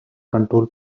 control